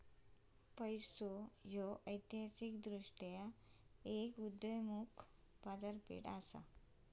पैसो ह्या ऐतिहासिकदृष्ट्यो एक उदयोन्मुख बाजारपेठ असा